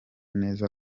neza